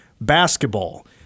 basketball